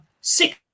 six